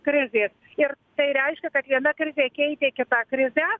krizės ir tai reiškia kad viena krizė keitė kitą krizę